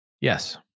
Yes